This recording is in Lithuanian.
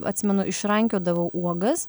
atsimenu išrankiodavau uogas